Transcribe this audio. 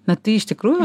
bet tai iš tikrųjų